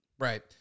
Right